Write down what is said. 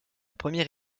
première